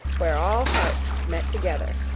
where all hearts met together.